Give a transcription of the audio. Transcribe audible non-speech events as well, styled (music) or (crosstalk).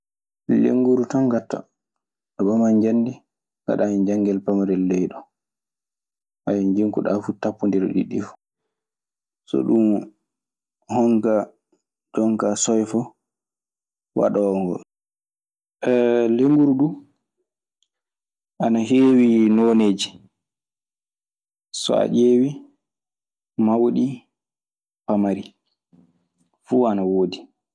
Lennguru tan ngatta, a ɓaman njamndi ngaɗaa hen janngel pamarel ley ɗoo; (hesitation) njinkuɗaa fuu takkondira ɗiɗɗi fuu. So ɗun honka jon kaa soyfa waɗoowo ngoo. (hesitation) Leemburu du ana heewi nooneeji. So a ƴeewi mawɗi, pamari fuu ana woodi.